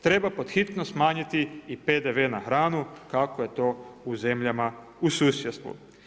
Treba pod hitno smanjiti i PDV na hranu kako je to u zemljama u susjedstvu.